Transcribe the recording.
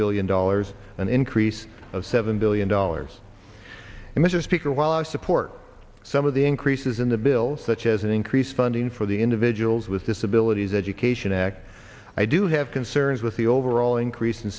billion dollars an increase of seven billion dollars and mr speaker while i support some of the increases in the bill such as an increase funding for the individuals with disabilities education act i do have concerns with the overall increas